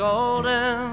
Golden